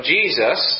Jesus